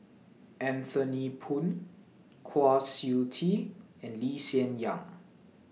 Anthony Poon Kwa Siew Tee and Lee Hsien Yang